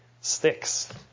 sticks